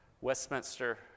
Westminster